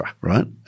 right